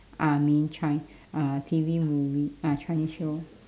I mean chi~ uh T_V movie ah chinese show